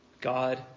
God